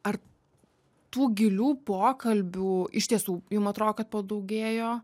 ar tų gilių pokalbių iš tiesų jum atrodo kad padaugėjo